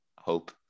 hope